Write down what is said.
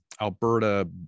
Alberta